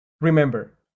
Remember